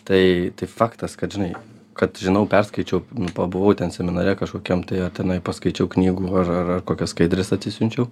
tai tai faktas kad žinai kad žinau perskaičiau pabuvau ten seminare kažkokiam tai ar tenai paskaičiau knygų ar ar ar kokias skaidres atsisiunčiau